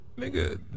nigga